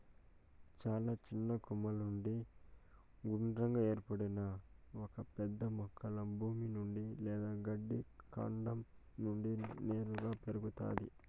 చాలా చిన్న కొమ్మల నుండి గుండ్రంగా ఏర్పడిన ఒక పెద్ద మొక్క భూమి నుండి లేదా గట్టి కాండం నుండి నేరుగా పెరుగుతాది